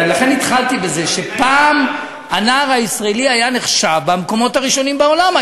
לכן התחלתי בזה שפעם הנער הישראלי היה נחשב במקומות הראשונים בעולם,